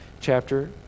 chapter